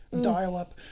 dial-up